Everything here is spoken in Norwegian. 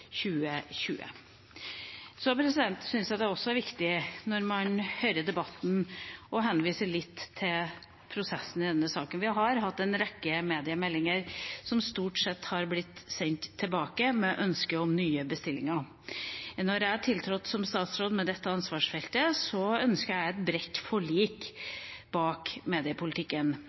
2020. Så syns jeg også det er viktig, når man hører debatten, å henvise litt til prosessen i denne saken. Vi har hatt en rekke mediemeldinger, som stort sett har blitt sendt tilbake med ønske om nye bestillinger. Da jeg tiltrådte som statsråd med dette ansvarsfeltet, ønsket jeg et bredt forlik bak mediepolitikken.